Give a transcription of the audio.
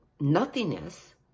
nothingness